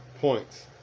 points